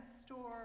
store